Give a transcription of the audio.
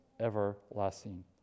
everlasting